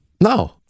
No